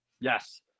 Yes